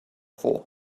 for